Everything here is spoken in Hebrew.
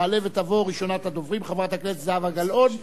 מס' 6246. תעלה ותבוא חברת הכנסת זהבה גלאון,